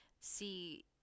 see